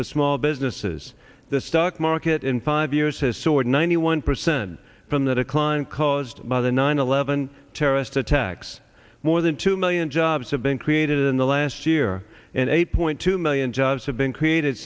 for small businesses the stock market in five years has soared ninety one percent from the decline caused by the nine eleven terrorist attacks more than two million jobs have been created in the last year and eight point two million jobs have been created